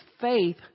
faith